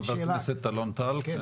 חבר הכנסת אלון טל.